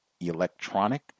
electronic